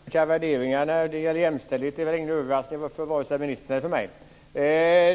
Fru talman! Att ministern och jag har olika värderingar när det gäller jämställdhet är väl ingen överraskning för vare sig ministern eller för mig.